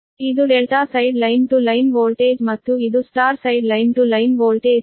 ಇದು delta side line to line voltage ಮತ್ತು ಇದು star side line to line voltage VAB